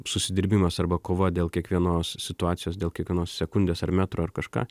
susidirbimas arba kova dėl kiekvienos situacijos dėl kiekvienos sekundės ar metro ar kažką